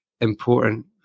important